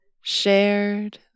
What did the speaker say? shared